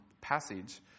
passage